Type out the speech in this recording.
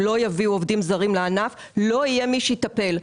לא יביאו עובדים זרים לענף לא יהיה מי שיטפל".